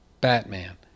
Batman